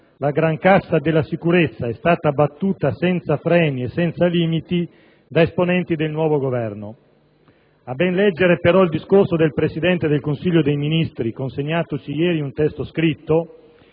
la grancassa della sicurezza è stata battuta senza freni e senza limiti da esponenti del nuovo Governo. Tuttavia, a ben leggere il discorso del Presidente del Consiglio dei ministri, consegnatoci ieri in un testo scritto,